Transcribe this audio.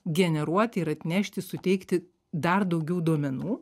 generuoti ir atnešti suteikti dar daugiau duomenų